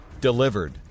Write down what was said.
delivered